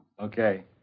Okay